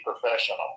professional